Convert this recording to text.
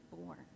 born